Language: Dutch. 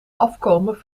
afkomen